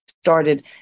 started